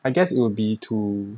I guess it would be to